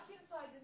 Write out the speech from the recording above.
inside